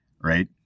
right